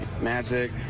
Magic